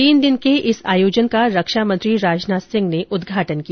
तीन दिन के इस आयोजन का रक्षामंत्री राजनाथ सिंह ने उद्घाटन किया